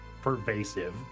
pervasive